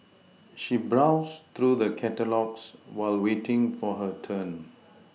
she browsed through the catalogues while waiting for her turn